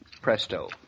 Presto